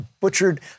butchered